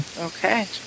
Okay